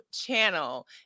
channel